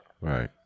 Right